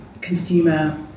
consumer